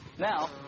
Now